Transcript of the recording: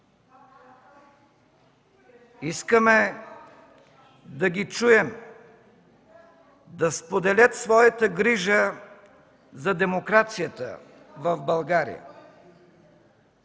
Искаме да ги чуем да споделят своята грижа за демокрацията в България.